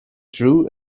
drew